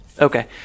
Okay